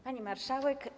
Pani Marszałek!